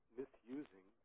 misusing